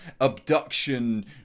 abduction